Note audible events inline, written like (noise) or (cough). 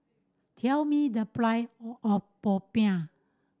tell me the (unintelligible) of popiah